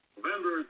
November